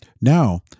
Now